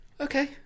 Okay